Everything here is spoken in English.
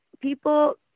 people